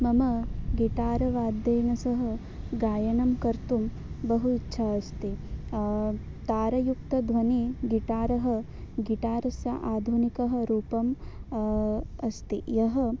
मम गिटारवाद्येन सह गायनं कर्तुं बहु इच्छा अस्ति तारयुक्तध्वनिः गिटारः गिटारस्य आधुनिकः रूपम् अस्ति यः